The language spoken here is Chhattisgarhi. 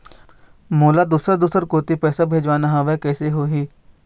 मोला दुसर दूसर कोती पैसा भेजवाना हवे, कइसे होही?